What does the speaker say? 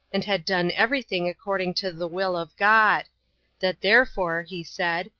and had done every thing according to the will of god that therefore, he said,